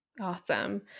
Awesome